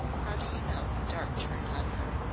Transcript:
how do you know? dart turned on her.